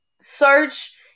search